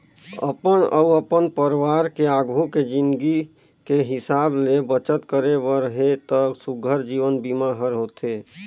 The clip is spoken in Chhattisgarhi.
अपन अउ अपन परवार के आघू के जिनगी के हिसाब ले बचत करे बर हे त सुग्घर जीवन बीमा हर होथे